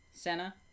Senna